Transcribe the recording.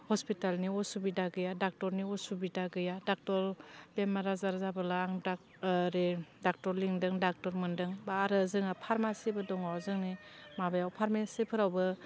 हस्पिटालनि असुबिदा गैया डाक्टरनि अलुबिदा गैया डाक्टर बेमार आजार जाबोला आं डाक ओरै डाक्टर लेंदों डाक्टर मोनदों बा आरो जोंहा फार्मासिबो दङ जोंनि माबायाव फार्मासिफोरावबो